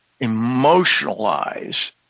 emotionalize